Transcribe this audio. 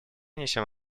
несем